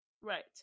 right